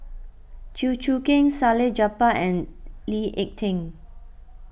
Chew Choo Keng Salleh Japar and Lee Ek Tieng